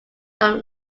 john